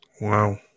Wow